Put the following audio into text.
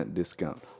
discount